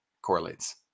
correlates